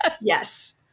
Yes